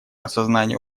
осознания